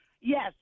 yes